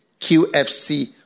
QFC